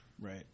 Right